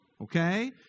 okay